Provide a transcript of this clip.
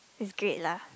is great lah